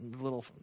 little